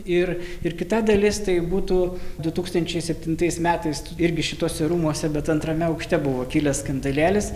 ir ir kita dalis tai būtų du tūkstančiai septintais metais irgi šituose rūmuose bet antrame aukšte buvo kilęs skandalėlis